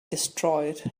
destroyed